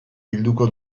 bilduko